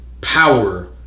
power